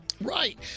Right